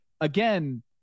again